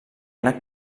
anat